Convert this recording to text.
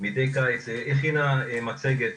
מדי קיץ, הכינה מצגת